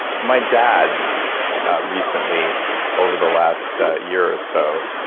my dad recently over the last year or so,